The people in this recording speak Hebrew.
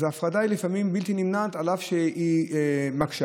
אז ההפרדה היא לפעמים בלתי נמנעת, אף שהיא מקשה.